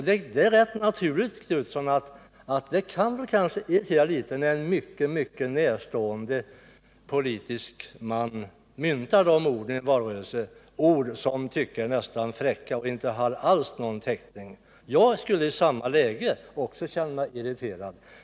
Det är rätt naturligt, Göthe Knutsson, att det irriterar litet när dessa ord myntas i en valrörelse, ord som man tycker är nästan fräcka och alls inte har någon täckning. Jag skulle i samma läge också känna mig irriterad.